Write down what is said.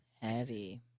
Heavy